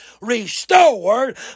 restored